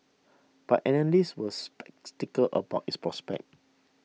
but analysts were about its prospects